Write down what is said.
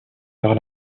par